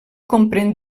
comprèn